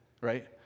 right